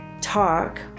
talk